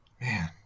Man